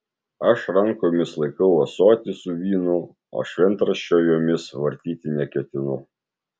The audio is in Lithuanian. aš rankomis laikau ąsotį su vynu o šventraščio jomis vartyti neketinu